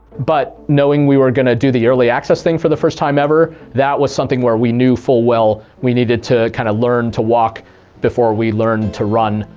but knowing we were going to do the early access thing for the first time ever, that was something where we knew full well we needed to kind of learn to walk before we learned to run.